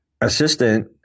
assistant